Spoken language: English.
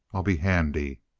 i'll be handy.